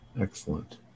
Excellent